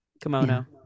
kimono